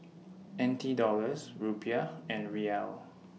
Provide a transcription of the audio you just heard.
N T Dollars Rupiah and Riel